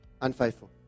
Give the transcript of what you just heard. unfaithful